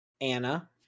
Anna